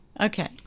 okay